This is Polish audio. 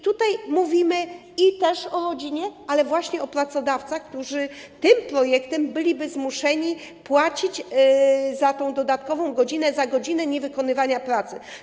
Tutaj mówimy też o rodzinie, ale również o pracodawcach, którzy tym projektem byliby zmuszeni płacić za tę dodatkową godzinę, za godziny niewykonywania pracy.